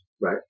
right